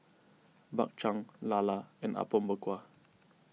Bak Chang Lala and Apom Berkuah